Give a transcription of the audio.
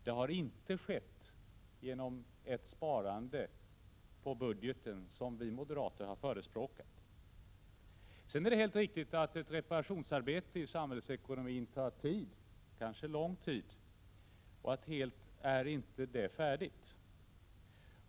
Det har inte skett genom sparande i budgeten, som vi moderater har förespråkat. Sedan är det helt riktigt att reparationsarbetet i samhällsekonomin tar tid, kanske lång tid, och att det inte är helt färdigt.